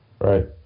Right